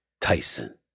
Tyson